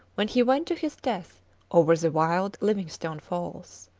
when he went to his death over the wild livingstone falls.